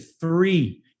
three